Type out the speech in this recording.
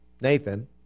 Nathan